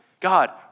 God